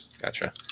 Gotcha